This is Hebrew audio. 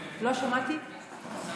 לא שמעתי.